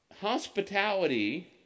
Hospitality